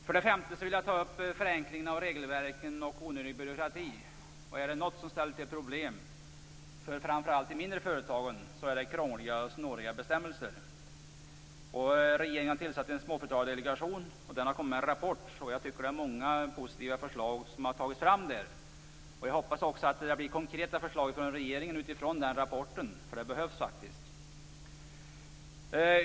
För det femte vill jag ta upp förenklingen av regelverken och onödig byråkrati. Är det något som ställer till problem, framför allt för de mindre företagen, så är det krångliga och snåriga bestämmelser. Regeringen har tillsatt en småföretagardelegation och den har kommit med en rapport. Jag tycker att det är många positiva förslag som har tagits fram där. Jag hoppas också att det blir konkreta förslag från regeringen utifrån den rapporten. Det behövs faktiskt.